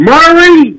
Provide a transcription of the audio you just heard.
Murray